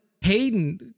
Hayden